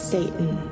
Satan